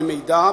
במידע,